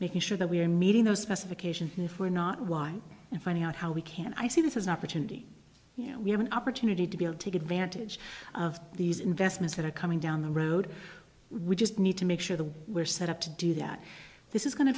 making sure that we're meeting those specifications if we're not why and finding out how we can i see this as an opportunity we have an opportunity to be able to take advantage of these investments that are coming down the road we just need to make sure that we're set up to do that this is go